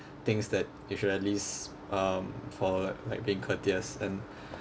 things that you should at least um for like being courteous and